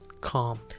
calm